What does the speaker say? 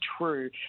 true